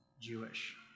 Jewish